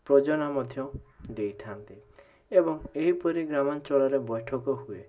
ପ୍ରୟୋଜନ ମଧ୍ୟ ଦେଇଥାନ୍ତି ଏବଂ ଏହିପରି ଗ୍ରାମାଞ୍ଚଳରେ ବୈଠକ ହୁଏ